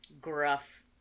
gruff